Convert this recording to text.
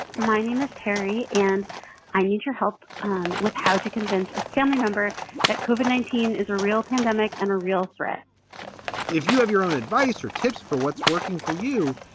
my name is perry and i need your help um with how to convince a family member that cova nineteen is a real pandemic and a real threat if you have your own advice or tips for what's working for you.